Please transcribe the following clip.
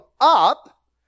up